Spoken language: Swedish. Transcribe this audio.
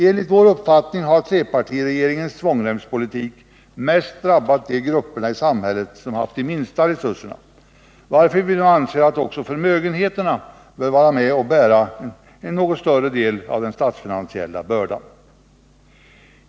Enligt vår uppfattning har trepartiregeringens svångremspolitik mest drabbat de grupper i samhället som haft de minsta resurserna, varför vi nu anser att också förmögenheterna bör vara med och bära en något större del av den statsfinansiella bördan.